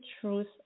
truth